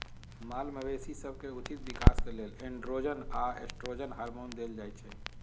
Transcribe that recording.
माल मवेशी सभके उचित विकास के लेल एंड्रोजन आऽ एस्ट्रोजन हार्मोन देल जाइ छइ